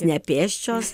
ne pėsčios